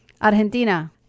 Argentina